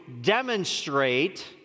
demonstrate